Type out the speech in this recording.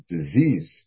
Disease